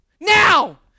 Now